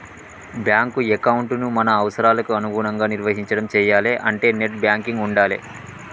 bank ఎకౌంటుని మన అవసరాలకి అనుగుణంగా నిర్వహించడం చెయ్యాలే అంటే నెట్ బ్యాంకింగ్ ఉండాలే